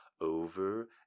over